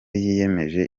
yiyemeje